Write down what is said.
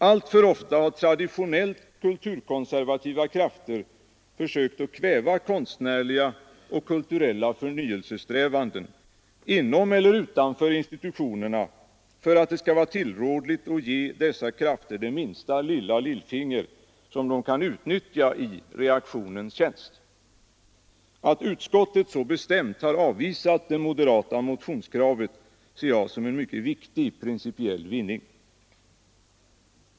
Alltför ofta har traditionellt kulturkonservativa krafter sökt kväva konstnärliga och kulturella förnyelsesträvanden — inom eller utanför institutionerna — för att det skall vara tillrådligt att ge dessa krafter det minsta lilla lillfinger som de kan utnyttja i reaktionens tjänst. Att utskottet så bestämt har avvisat det moderata motionskravet ser jag som en mycket viktig principiell vinning.